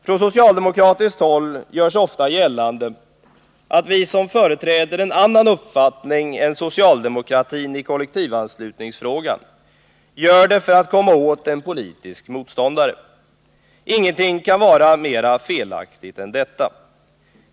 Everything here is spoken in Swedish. Från socialdemokratiskt håll görs ofta gällande att vi som företräder en annan uppfattning än socialdemokratin i kollektivanslutningsfrågan gör det för att komma åt en politisk motståndare. Ingenting kan vara mer felaktigt än detta.